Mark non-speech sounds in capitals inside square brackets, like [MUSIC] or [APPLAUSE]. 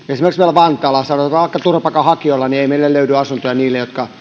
vantaalla sanotaan vaikka turvapaikanhakijoita kun ei meillä löydy asuntoja niille jotka [UNINTELLIGIBLE]